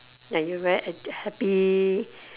and you very happy